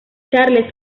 charles